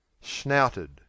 Snouted